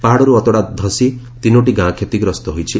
ପାହାଡ଼ରୁ ଅତଡ଼ା ଧସି ତିନୋଟି ଗାଁ କ୍ଷତିଗ୍ରସ୍ତ ହୋଇଛି